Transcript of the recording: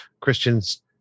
Christians